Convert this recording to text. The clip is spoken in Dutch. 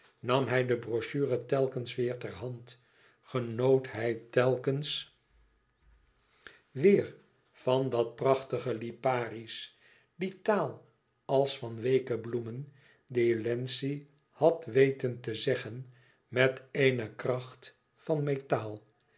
nam hij de brochure telkens weêr ter hand genoot hij telkens weêr van dat prachtige liparisch die taal als van weeke bloemen die wlenzci had weten te zeggen met eene kracht van metaal